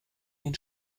den